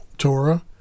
Torah